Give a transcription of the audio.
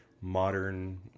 modern